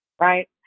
right